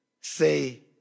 say